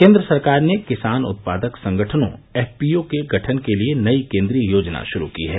केन्द्र सरकार ने किसान उत्पादक संगठनों एफपीओ के गठन के लिए नई केन्द्रीय योजना शुरू की है